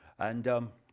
and um